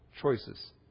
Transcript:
choices